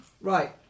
Right